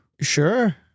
Sure